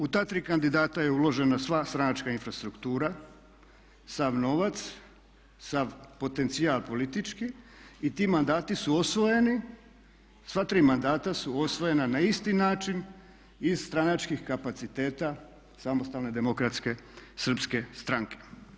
U ta tri kandidata je uložena sva stranačka infrastruktura, sav novac, sav potencijal politički i ti mandati su osvojeni, sva tri mandata su osvojena na isti način iz stranačkih kapaciteta Samostalne demokratske srpske stranke.